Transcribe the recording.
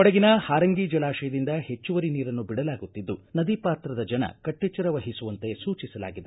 ಕೊಡಗಿನ ಹಾರಂಗಿ ಜಲಾಶಯದಿಂದ ಹೆಚ್ಚುವರಿ ನೀರನ್ನು ಬಿಡಲಾಗುತ್ತಿದ್ದು ನದಿ ಪಾತ್ರದ ಜನ ಕಟ್ಟೆಚ್ಚರ ವಹಿಸುವಂತೆ ಸೂಚಿಸಲಾಗಿದೆ